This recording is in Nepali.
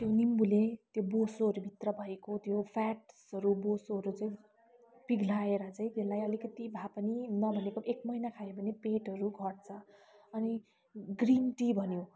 त्यो निम्बुले त्यो बोसोहरू भित्र भएको त्यो फ्याट्सहरू बोसोहरू चाहिँ पिघ्लाएर चाहिँ त्यसलाई अलिकति भए पनि नभनेको एक महिना खायो भने पेटहरू घट्छ अनि ग्रिन टी भन्यो